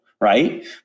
Right